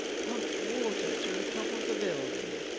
pumped water to the top of the building